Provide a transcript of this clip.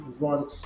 run